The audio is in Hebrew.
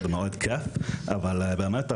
אבל באמת,